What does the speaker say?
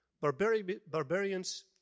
Barbarians